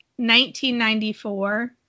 1994